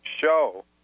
show